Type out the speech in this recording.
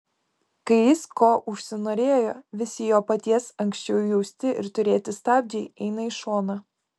kai jis ko užsinorėjo visi jo paties anksčiau jausti ir turėti stabdžiai eina į šoną